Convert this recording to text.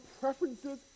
preferences